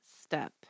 step